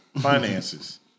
finances